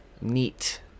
neat